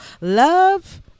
love